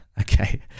Okay